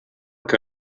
que